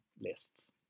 lists